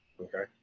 okay